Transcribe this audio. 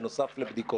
בנוסף לבדיקות.